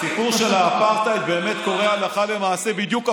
הסיפור של האפרטהייד באמת קורה הלכה למעשה בדיוק הפוך.